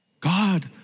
God